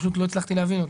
פשוט לא הצלחתי להבין אותו.